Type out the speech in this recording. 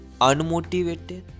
unmotivated